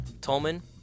Tolman